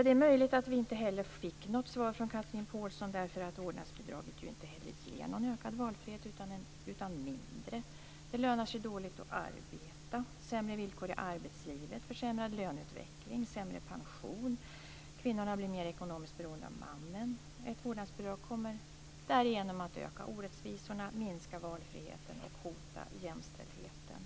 Det är möjligt att vi inte fick något svar från Chatrine Pålsson därför att vårdnadsbidraget ju inte ger någon ökad valfrihet utan mindre valfrihet. Det lönar sig dåligt att arbeta. Det ger sämre villkor i arbetslivet, försämrad löneutveckling, sämre pension. Kvinnorna blir mer ekonomiskt beroende av mannen. Ett vårdnadsbidrag kommer därigenom att öka orättvisorna, minska valfriheten och hota jämställdheten.